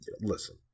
listen –